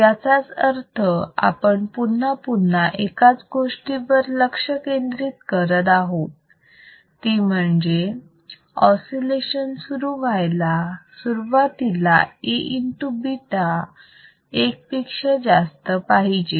याचाच अर्थ आपण पुन्हा पुन्हा एकाच गोष्टीवर लक्ष केंद्रित करत आहोत ती म्हणजे ऑसिलेशन सुरु व्हायला सुरवातीला A into बीटा एक पेक्षा जास्त पाहिजे